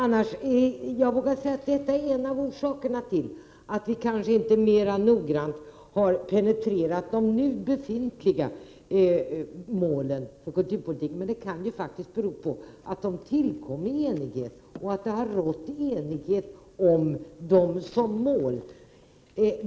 Det är en av orsakerna till att vi inte mer noggrant har penetrerat de nu gällande målen för kulturpolitiken, men det kan faktiskt också bero på att de tillkom i enighet och att det har rått enighet om dem som mål.